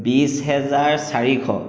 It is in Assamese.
বিছ হাজাৰ চাৰিশ